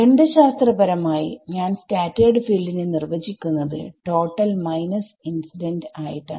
ഗണിതശാസ്ത്രപരമായി ഞാൻ സ്കാറ്റെർഡ് ഫീൽഡിനെ നിർവചിക്കുന്നത് ടോട്ടൽ മൈനസ് ഇൻസിഡന്റ് ആയിട്ടാണ്